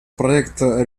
проекта